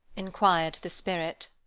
inquired the spirit.